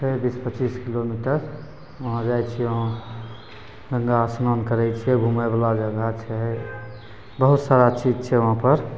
छै बीस पचीस किलोमीटर वहाँ जाइ छी वहाँ गङ्गा अस्नान करै छिए घुमैवला जगह छै बहुत सारा चीज छै वहाँपर